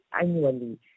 annually